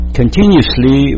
continuously